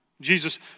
Jesus